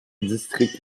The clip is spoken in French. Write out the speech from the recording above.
districts